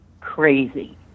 crazy